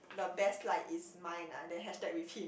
the best like is mine ah then hashtag with him